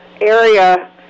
area